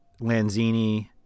Lanzini